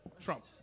Trump